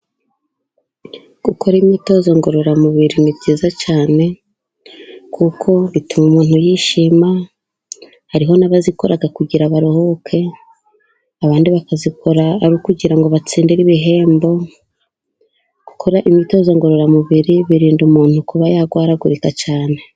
Gukora imyitozo ngororamubiri ni byiza cyane kuko bituma umuntu yishima hariho n'abazikora kugira baruhuke abandi bakazikora ari ukugira ngo batsindire ibihembo. Gukora imyitozo ngororamubiri birinda umuntu kuba yarwaragurika cyane.